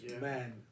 Man